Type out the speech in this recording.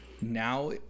Now